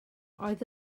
oedd